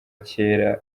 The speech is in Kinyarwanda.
kera